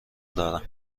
دارم